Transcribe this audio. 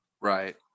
Right